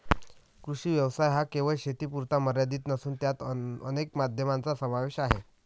कृषी व्यवसाय हा केवळ शेतीपुरता मर्यादित नसून त्यात अनेक माध्यमांचा समावेश आहे